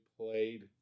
played